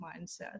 mindset